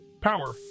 Power